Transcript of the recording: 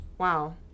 Wow